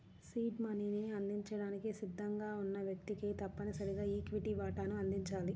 seed మనీని అందించడానికి సిద్ధంగా ఉన్న వ్యక్తికి తప్పనిసరిగా ఈక్విటీ వాటాను అందించాలి